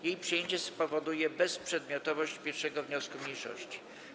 Jej przyjęcie spowoduje bezprzedmiotowość 1. wniosku mniejszości.